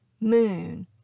moon